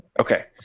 Okay